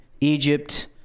Egypt